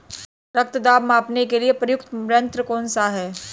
रक्त दाब मापने के लिए प्रयुक्त यंत्र कौन सा है?